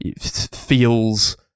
feels